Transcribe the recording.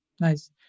nice